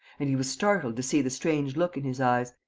and he was startled to see the strange look in his eyes,